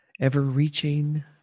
ever-reaching